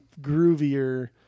groovier